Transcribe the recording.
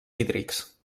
hídrics